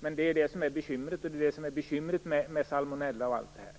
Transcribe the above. Men det är det som är bekymret, och bekymret med salmonella och allt detta.